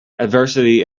adversity